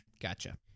gotcha